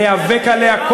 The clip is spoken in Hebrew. ניאבק עליה.